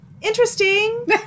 interesting